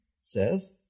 says